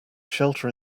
shelter